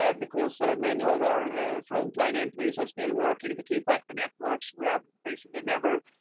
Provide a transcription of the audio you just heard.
ah because many of our frontline employees are still working to keep up the networks. we have basically never